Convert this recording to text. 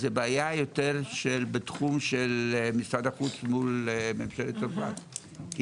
זה בעיה שהיא יותר בתחום של משרד החוץ מול ממשלת צרפת.